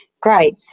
great